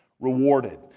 rewarded